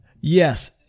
Yes